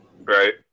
right